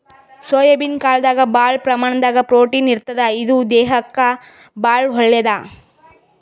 soybean ಕಾಳ್ದಾಗ್ ಭಾಳ್ ಪ್ರಮಾಣದಾಗ್ ಪ್ರೊಟೀನ್ ಇರ್ತದ್ ಇದು ದೇಹಕ್ಕಾ ಭಾಳ್ ಒಳ್ಳೇದ್